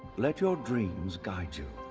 let your dreams guide you.